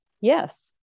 Yes